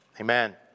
Amen